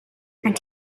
and